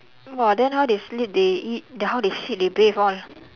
!wah! then how they sleep they eat then how they shit they bathe all